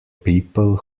people